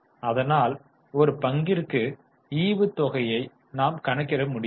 அதனால் ஒரு பங்கிற்கு ஈவுத்தொகையை நாம் கணக்கிட முடியாது